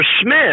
Smith